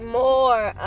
more